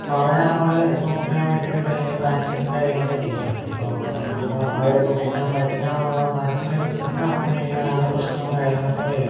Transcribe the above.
അപ്പോൾ അവനെ നമ്മള് തോൽപ്പിക്കാൻ വേണ്ടിട്ട് ഡെയിലി പ്രാക്ടീസും കാര്യങ്ങളൊക്കെ ചെയ്യുക ഇപ്പോൾ നമ്മക്ക് ഇപ്പോൾ അവരെ തോപ്പിക്കാൻ പറ്റില്ലന്നുള്ള മനസ്സിലൊരു ചിന്ത വന്നു കഴിഞ്ഞാലാണ് പ്രശ്നവും കാര്യങ്ങളൊക്കെ വരിക